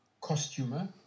costumer